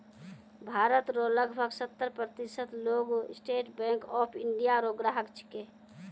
भारत रो लगभग सत्तर प्रतिशत लोग स्टेट बैंक ऑफ इंडिया रो ग्राहक छिकै